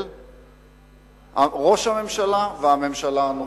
של ראש הממשלה והממשלה הנוכחית.